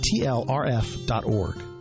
tlrf.org